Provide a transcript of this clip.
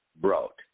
brought